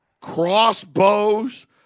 crossbows